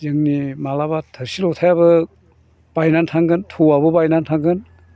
जोंनि मालाबा थोरसि लथायाबो बायनानै थांगोन थौआबो बायनानै थांगोन